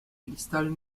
cristal